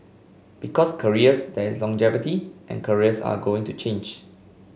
because careers there is longevity and careers are going to change